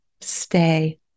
Stay